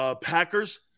Packers